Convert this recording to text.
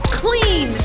clean